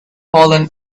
fallen